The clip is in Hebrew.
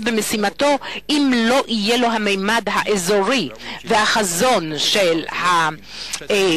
במשימתה אם לא יהיו לה הממד האזורי והחזון של היעד.